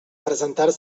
presentar